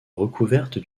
recouverte